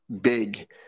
big